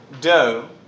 dough